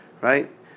right